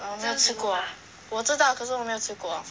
err 没有吃过我知道可是我没有吃过